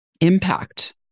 impact